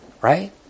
Right